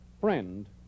friend